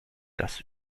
das